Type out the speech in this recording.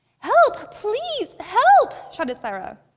help! please help! shouted sayra.